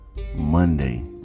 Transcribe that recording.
Monday